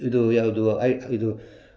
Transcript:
ಇದು ಯಾವುದು ಆಯ್ತು ಇದು